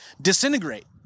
disintegrate